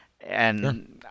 and-